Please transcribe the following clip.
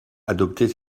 adopter